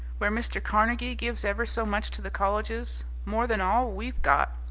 where mr. carnegie gives ever so much to the colleges, more than all we've got,